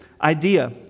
idea